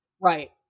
right